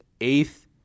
eighth